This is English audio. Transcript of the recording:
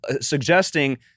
suggesting